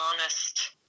honest